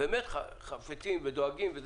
שהם חפצים ודואגים,